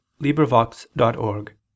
LibriVox.org